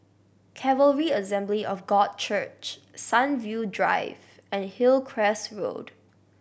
Calvary Assembly of God Church Sunview Drive and Hillcrest Road